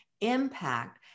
impact